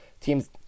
teams